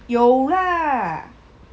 有啦